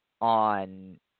on